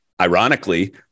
Ironically